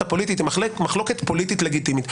הפוליטית היא מחלוקת פוליטית לגיטימית.